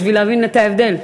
בשביל להבין את ההבדל.